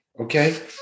Okay